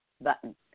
button